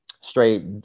straight